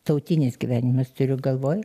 tautinis gyvenimas turiu galvoj